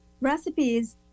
recipes